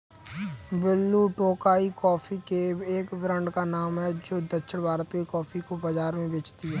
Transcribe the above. blue Tokai coffee के एक brand का नाम है जो दक्षिण भारत के कॉफी को बाजार में बेचती है